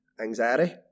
anxiety